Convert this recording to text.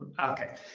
Okay